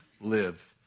live